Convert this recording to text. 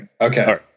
Okay